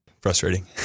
frustrating